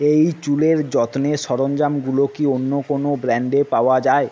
এই চুলের যত্নের সরঞ্জামগুলো কি অন্য কোনো ব্র্যান্ডে পাওয়া যায়